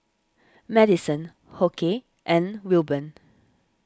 Madyson Hoke and Wilburn